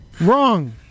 Wrong